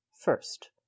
first